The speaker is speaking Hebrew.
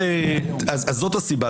אז זאת הסיבה.